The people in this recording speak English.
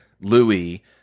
Louis